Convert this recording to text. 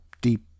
deep